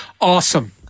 awesome